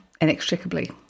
inextricably